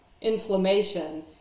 inflammation